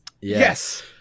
Yes